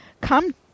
come